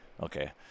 Okay